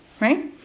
right